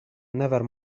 never